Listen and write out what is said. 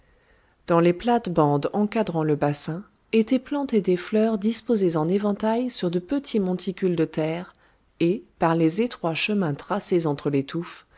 dans les plates-bandes encadrant le bassin étaient plantées des fleurs disposées en éventail sur de petits monticules de terre et par les étroits chemins tracés entre les touffes